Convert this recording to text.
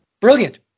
Brilliant